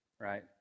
right